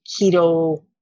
keto